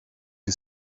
you